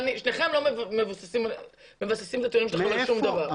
שניכם לא מבססים את הטיעונים שלכם על שום דבר,